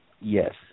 Yes